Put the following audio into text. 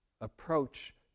approach